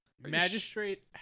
magistrate